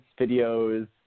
videos